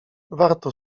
warto